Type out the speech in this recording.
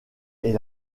est